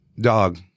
dog